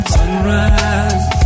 Sunrise